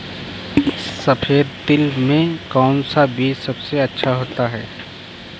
सफेद तिल में कौन सा बीज सबसे अच्छा होता है?